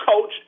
coach